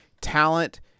talent